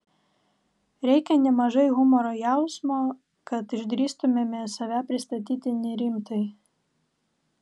reikia nemažai humoro jausmo kad išdrįstumėme save pristatyti nerimtai